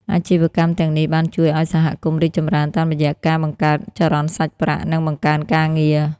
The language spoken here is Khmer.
អាជីវកម្មទាំងនេះបានជួយឱ្យសហគមន៍រីកចម្រើនតាមរយៈការ បង្កើតចរន្តសាច់ប្រាក់ និងបង្កើនការងារ។